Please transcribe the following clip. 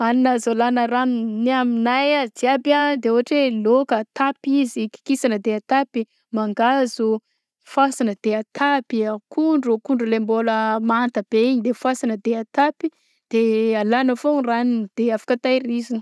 Hanina azo alagna ranony aminay a jiaby a de ôhatra hoe lôka; atapy izy; kikisana de atapy; mangahazo, foasana de atapy, akondro akondro le mbôla manta be igny de foasana de atapy; de alagna foagna ranony de afaka tahirizigna